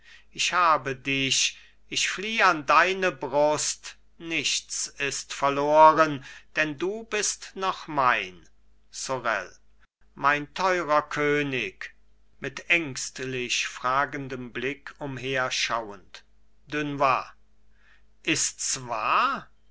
ich habe dich ich flieh an deine brust nichts ist verloren denn du bist noch mein sorel mein teurer könig mit ängstlich fragendem blick umherschauend dunois ists wahr